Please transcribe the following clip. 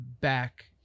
back